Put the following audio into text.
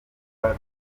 drone